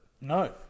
No